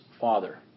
Father